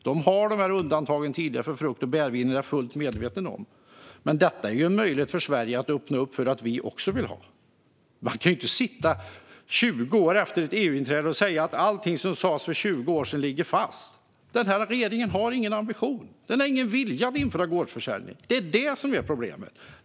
De har undantag för frukt och bärvin sedan tidigare - det är jag fullt medveten om - men det är ju möjligt för Sverige att öppna för att vi också vill ha detta. Man kan ju inte sitta 20 år efter ett EU-inträde och säga att allt som sas för 20 år sedan ligger fast. Regeringen har ingen ambition. Den har ingen vilja att införa gårdsförsäljning. Det är detta som är problemet.